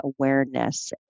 awareness